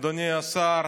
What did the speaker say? אדוני השר,